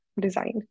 design